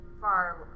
far